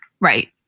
Right